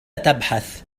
تبحث